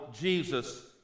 Jesus